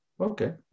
okay